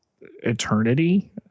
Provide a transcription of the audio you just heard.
eternity